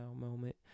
moment